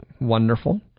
wonderful